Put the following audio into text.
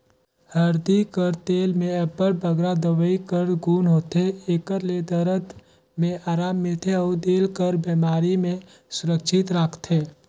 हरदी कर तेल में अब्बड़ बगरा दवई कर गुन होथे, एकर ले दरद में अराम मिलथे अउ दिल कर बेमारी ले सुरक्छित राखथे